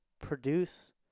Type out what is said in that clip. produce –